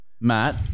Matt